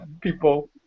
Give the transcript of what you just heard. people